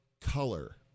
color